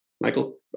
Michael